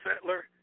settler